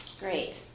Great